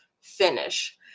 finish